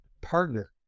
partner